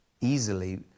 easily